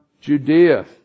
Judea